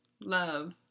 Love